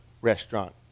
restaurant